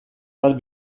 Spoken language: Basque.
bat